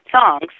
songs